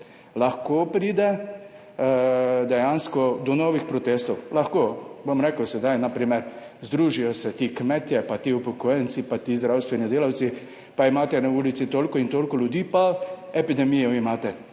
Lahko pride dejansko do novih protestov. Lahko. Na primer združijo se ti kmetje pa ti upokojenci pa ti zdravstveni delavci, pa imate na ulici toliko in toliko ljudi, pa epidemijo imate.